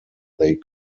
they